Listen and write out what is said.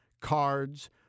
cards